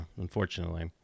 unfortunately